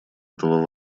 этого